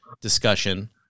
discussion